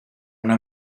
una